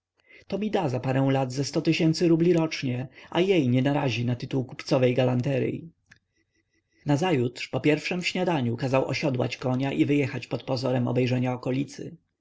to mi da za parę lat ze sto tysięcy rubli rocznie a jej nie narazi na tytuł kupcowej galanteryj nazajutrz po pierwszem śniadaniu kazał osiodłać konia i wyjechał pod pozorem obejrzenia okolicy